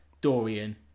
Dorian